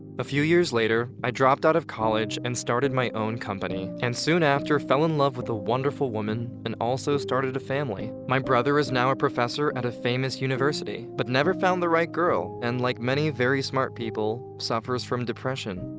a few years later i dropped out of college and started my own company and soon after fell in love with a wonderful woman and also started a family. my brother is now a professor at a famous university, but never found the right girl and like many very smart people suffers from depressions.